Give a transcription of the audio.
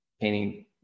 painting